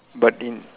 but in